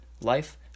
life